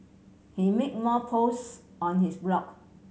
he made more posts on his blog